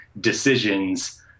decisions